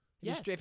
Yes